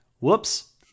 Whoops